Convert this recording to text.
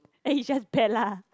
then he's just bad lah